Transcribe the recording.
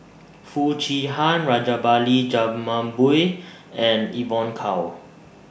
Foo Chee Han Rajabali Jumabhoy and Evon Kow